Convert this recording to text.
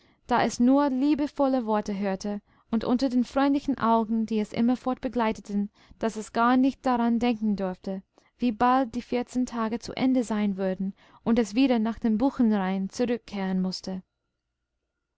da es nur liebevolle worte hörte und unter den freundlichen augen die es immerfort begleiteten daß es gar nicht daran denken durfte wie bald die vierzehn tage zu ende sein würden und es wieder nach dem buchenrain zurückkehren mußte